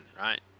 right